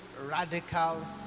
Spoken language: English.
radical